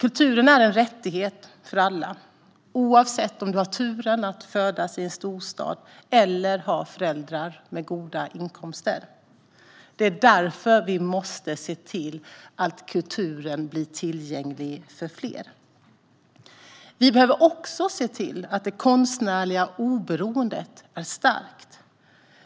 Kulturen är en rättighet för alla, oavsett om man har turen att födas i en storstad eller har föräldrar med goda inkomster. Det är därför vi måste se till att kulturen blir tillgänglig för fler. Vi behöver också se till att det konstnärliga oberoendet är starkt.